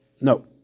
No